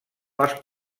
les